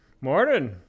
Morning